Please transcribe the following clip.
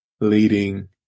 leading